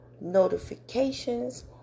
notifications